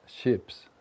ships